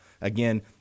Again